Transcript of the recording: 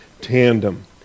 tandem